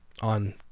on